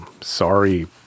sorry